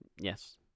Yes